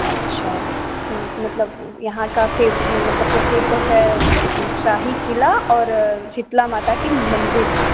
अच्छा तो मतलब यहाँ का फेव मतलब प्रसिद्ध है शाही किला और सितला माता की मंदिर